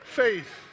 faith